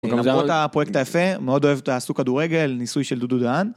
למרות הפרויקט היפה, מאוד אוהב, את הסוג כדורגל, ניסוי של דודו דהן.